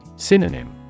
Synonym